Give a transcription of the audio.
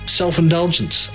self-indulgence